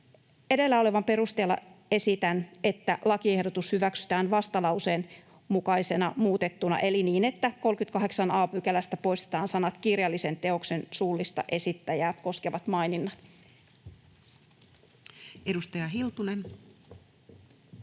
Edellä olevan perusteella esitän, että lakiehdotus hyväksytään vastalauseen mukaisesti muutettuna eli niin, että 38 a §:stä poistetaan kirjallisen teoksen suullista esittäjää koskevat maininnat. [Speech